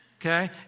Okay